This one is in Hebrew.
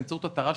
באמצעות התר"ש,